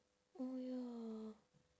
oh ya